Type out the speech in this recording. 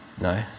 No